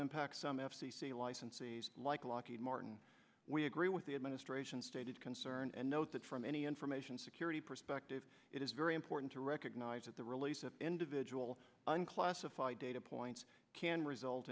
impacts some f c c licensees like lockheed martin we agree with the administration stated concern and note that from any information security perspective it is very important to recognize that the release of individual unclassified data points can result